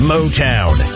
Motown